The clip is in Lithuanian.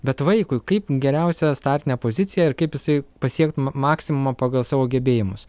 bet vaikui kaip geriausią startinę poziciją ir kaip jisai pasiektų ma maksimumą pagal savo gebėjimus